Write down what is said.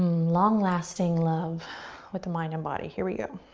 long lasting love with the mind and body. here we go.